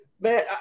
man